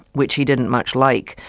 which he didn't much like.